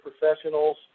professionals